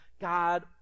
God